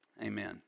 Amen